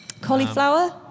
Cauliflower